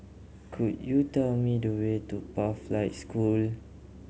could you tell me the way to Pathlight School